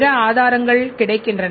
பிற ஆதாரங்கள் கிடைக்கின்றன